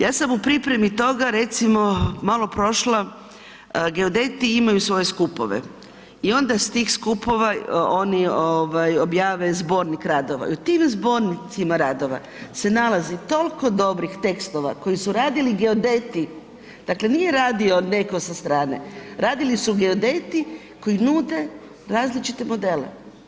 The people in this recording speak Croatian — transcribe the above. Ja sam u pripremi toga recimo malo prošla, geodeti imaju svoje skupove i onda iz tih skupova oni objave zbornik radova i u tim zbornicima radova se nalazi toliko dobrih tekstova koji su radili geodeti, dakle nije radio neko sa strane, radili su geodeti koji nude različite modele.